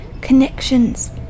connections